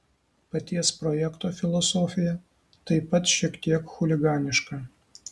paties projekto filosofija taip pat šiek tiek chuliganiška